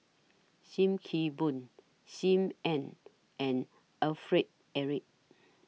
SIM Kee Boon SIM Ann and Alfred Eric